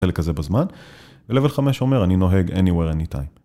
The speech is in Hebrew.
החלק הזה בזמן ו-level 5 אומר אני נוהג anywhere anytime.